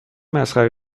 مسخره